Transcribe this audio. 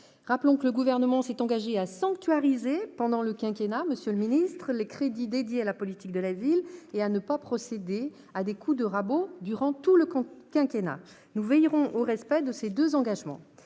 Rappelons que le Gouvernement s'est engagé à sanctuariser pendant le quinquennat les crédits dédiés à la politique de la ville et à ne pas procéder à des coups de rabot. Monsieur le ministre, nous veillerons au respect de ces deux engagements.